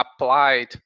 applied